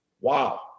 wow